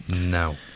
No